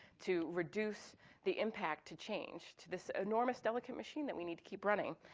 to reduce the impact to change, to this enormous delicate machine that we need to keep running